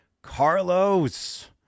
Carlos